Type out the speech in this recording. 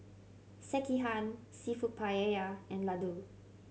Sekihan Seafood Paella and Ladoo